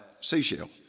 seashell